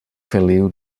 feliu